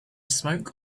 smoke